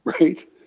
right